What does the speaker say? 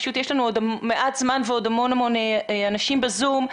יש לנו מעט זמן ועוד המון אנשים בזום.